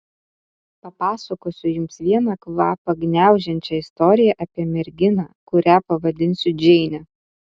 papasakosiu jums vieną kvapą gniaužiančią istoriją apie merginą kurią pavadinsiu džeine